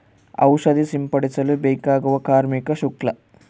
ಔಷಧಿ ಸಿಂಪಡಿಸಲು ಬೇಕಾಗುವ ಕಾರ್ಮಿಕ ಶುಲ್ಕ?